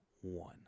one